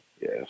yes